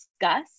discuss